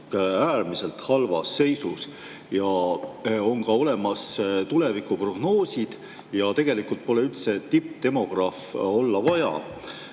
äärmiselt halvas seisus. On ka olemas tulevikuprognoosid ja tegelikult pole üldse vaja olla